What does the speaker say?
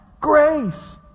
grace